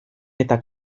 eta